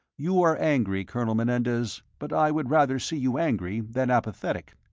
you are angry, colonel menendez, but i would rather see you angry than apathetic.